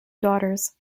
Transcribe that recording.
daughters